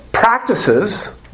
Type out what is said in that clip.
Practices